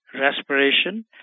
respiration